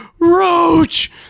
Roach